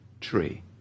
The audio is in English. tree